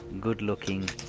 good-looking